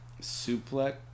suplex